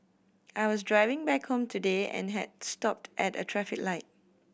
I was driving back home today and had stopped at a traffic light